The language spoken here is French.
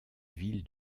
ville